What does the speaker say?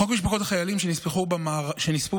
חוק משפחות החיילים שנספו במערכה